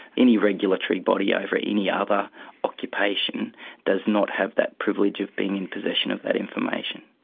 any regulatory body over any other occupation does not have that privilege of being in possession of that information.